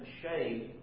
shade